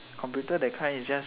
computer that kind is just